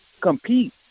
compete